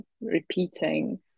repeating